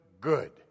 good